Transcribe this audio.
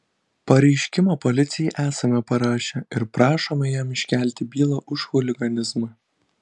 pareiškimą policijai esame parašę ir prašome jam iškelti bylą už chuliganizmą